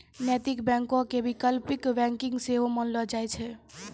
नैतिक बैंको के वैकल्पिक बैंकिंग सेहो मानलो जाय छै